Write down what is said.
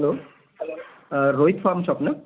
hello Rohit farm shop ना